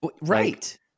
Right